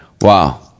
Wow